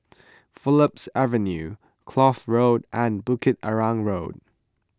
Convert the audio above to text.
Phillips Avenue Kloof Road and Bukit Arang Road